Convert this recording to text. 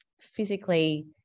physically